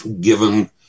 given